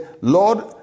Lord